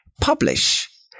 publish